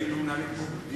היינו מנהלים פה דיון על זה?